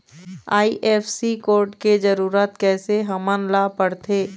IFSC code के जरूरत कैसे हमन ला पड़थे?